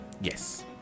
Yes